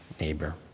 neighbor